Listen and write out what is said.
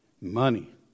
Money